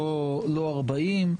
לא 40,